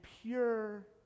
pure